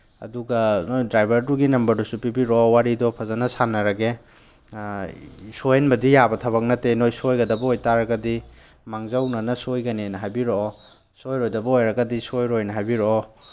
ꯑꯗꯨꯒ ꯅꯣꯏ ꯗ꯭ꯔꯥꯏꯚꯔꯗꯨꯒꯤ ꯅꯝꯕꯔꯗꯨꯁꯨ ꯄꯤꯕꯤꯔꯛꯑꯣ ꯋꯥꯔꯤꯗꯣ ꯐꯖꯅ ꯁꯥꯟꯅꯔꯒꯦ ꯁꯣꯏꯍꯟꯕꯗꯤ ꯌꯥꯕ ꯊꯕꯛ ꯅꯠꯇꯦ ꯅꯣꯏ ꯁꯣꯏꯒꯗꯕ ꯑꯣꯏꯕ ꯇꯥꯔꯒꯗꯤ ꯃꯥꯡꯖꯧꯅꯅ ꯁꯣꯏꯒꯅꯦꯅ ꯍꯥꯏꯕꯤꯔꯛꯑꯣ ꯁꯣꯏꯔꯣꯏꯗꯕ ꯑꯣꯏꯔꯒꯗꯤ ꯁꯣꯏꯔꯣꯏꯅ ꯍꯥꯏꯕꯤꯔꯛꯑꯣ